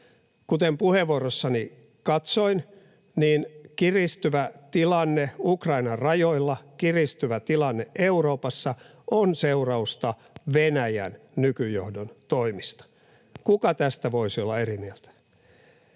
Kuten puheenvuorossani katsoin, kiristyvä tilanne Ukrainan rajoilla, kiristyvä tilanne Euroopassa on seurausta Venäjän nykyjohdon toimista. Kuka tästä voisi olla eri mieltä?